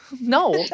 No